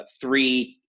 three